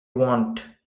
want